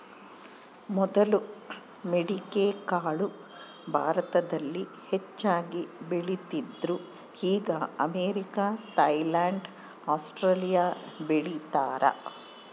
ಮೊದಲು ಮಡಿಕೆಕಾಳು ಭಾರತದಲ್ಲಿ ಹೆಚ್ಚಾಗಿ ಬೆಳೀತಿದ್ರು ಈಗ ಅಮೇರಿಕ, ಥೈಲ್ಯಾಂಡ್ ಆಸ್ಟ್ರೇಲಿಯಾ ಬೆಳೀತಾರ